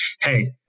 Hey